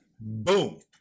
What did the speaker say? Boom